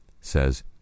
says